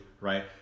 right